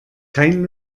kein